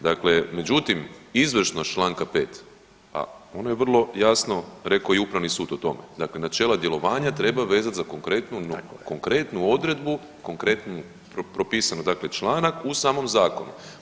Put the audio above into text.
Dakle, međutim izvršnost čl. 5., a ono je vrlo jasno rekao i upravni sud o tome, dakle načela djelovanja treba vezat za konkretnu, konkretnu odredbu, konkretnu propisanu dakle članak u samom zakonu.